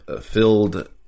filled